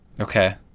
Okay